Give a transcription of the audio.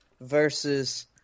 versus